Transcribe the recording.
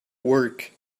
work